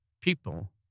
people